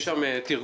יש שם תרגומים.